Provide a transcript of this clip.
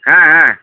ᱦᱮᱸ ᱦᱮᱸ